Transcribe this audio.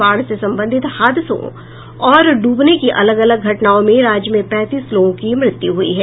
बाढ़ से संबंधित हादसों और डूबने की अलग अलग घटनाओं में राज्य में पैंतीस लोगों की मृत्यु हुई है